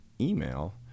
email